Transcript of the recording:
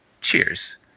cheers